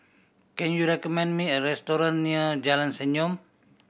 can you recommend me a restaurant near Jalan Senyum